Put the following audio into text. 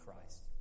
Christ